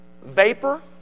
vapor